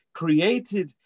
created